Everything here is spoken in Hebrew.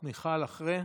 מיכל, אחרי?